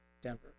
Denver